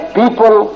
people